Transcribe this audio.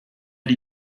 die